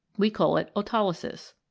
we call it autolysis.